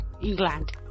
England